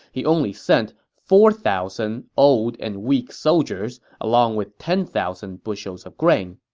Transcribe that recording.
he only sent four thousand old and weak soldiers, along with ten thousand bushels of grain.